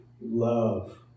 love